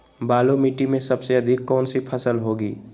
बालू मिट्टी में सबसे अधिक कौन सी फसल होगी?